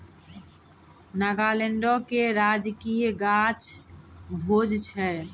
नागालैंडो के राजकीय गाछ भोज छै